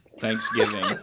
Thanksgiving